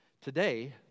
Today